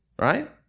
Right